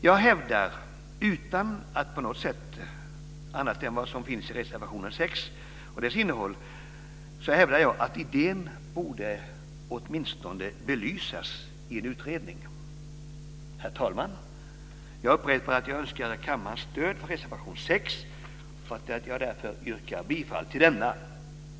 Jag hävdar, utan att yrka på något annat än vad reservation 6 innehåller, att idén åtminstone borde belysas i en utredning. Herr talman! Jag upprepar att jag önskar kammarens stöd för reservation 6 och att jag därför yrkar bifall till denna.